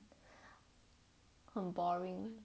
很 boring